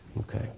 Okay